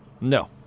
No